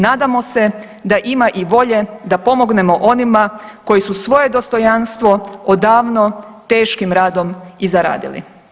Nadamo se da ima i volje da pomognemo onima koji su svoje dostojanstvo odavno teškim radom i zaradili.